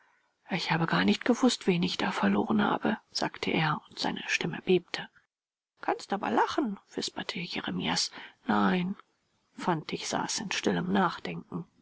ich habe gar nicht gewußt wen ich da verloren habe sagte er und seine stimme bebte kannst aber lachen wisperte jeremias nein fantig saß in stillem nachdenken